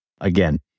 Again